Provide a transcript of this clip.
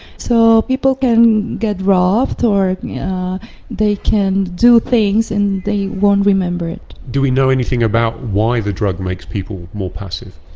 so people can get robbed or they can do things and they won't remember it. do we know anything about why the drug makes people more passive?